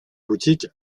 boutique